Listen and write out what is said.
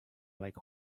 like